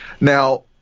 Now